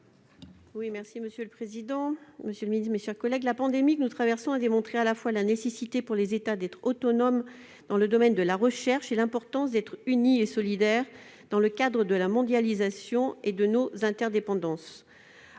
La pandémie que nous traversons a démontré à la fois la nécessité pour les États d'être autonomes dans le domaine de la recherche et l'importance d'être unis et solidaires dans le cadre de la mondialisation et de nos interdépendances.